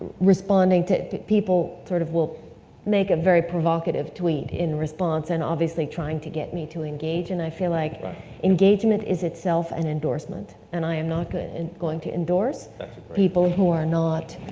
responding to people, sort of will make a very provocative tweet in response and obviously trying to get me to engage, and i feel like engagement is itself an endorsement, and i am not and going to endorse people who are not